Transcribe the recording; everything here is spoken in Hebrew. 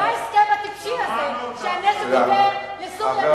בגלל ההסכם הטיפשי הזה שהנשק ילך לסוריה, תודה.